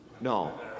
no